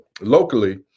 locally